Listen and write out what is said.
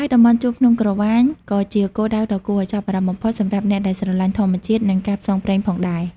ហើយតំបន់ជួរភ្នំក្រវាញក៏ជាគោលដៅដ៏គួរឲ្យចាប់អារម្មណ៍បំផុតសម្រាប់អ្នកដែលស្រឡាញ់ធម្មជាតិ និងការផ្សងព្រេងផងដែរ។